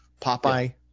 Popeye –